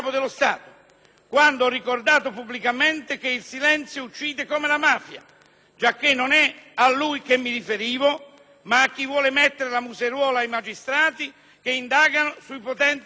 quando ho ricordato pubblicamente che il silenzio uccide come la mafia, giacché non è a lui che mi riferivo, ma a chi vuole mettere la museruola ai magistrati che indagano sui potenti di Stato».